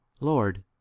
Lord